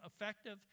effective